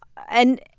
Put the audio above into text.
and,